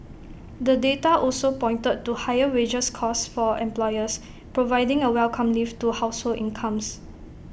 the data also pointed to higher wages costs for employers providing A welcome lift to household incomes